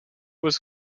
was